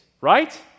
Right